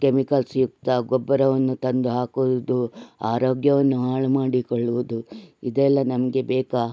chemicals ಯುಕ್ತ ಗೊಬ್ಬರವನ್ನು ತಂದು ಹಾಕುವುದು ಆರೋಗ್ಯವನ್ನು ಹಾಳು ಮಾಡಿಕೊಳ್ಳುವುದು ಇದೆಲ್ಲ ನಮಗೆ ಬೇಕಾ